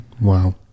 Wow